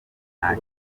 nta